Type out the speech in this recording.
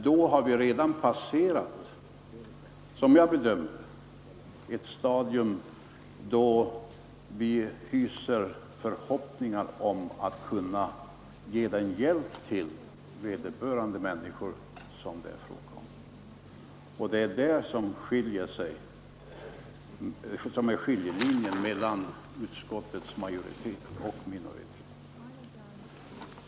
Då har vi emellertid — som jag bedömer det — passerat ett stadium då vi hyser förhoppningar om att kunna ge hjälp till de människor det är fråga om. Det är detta som är skiljelinjen mellan utskottets majoritet och minoritet.